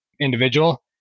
individual